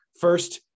first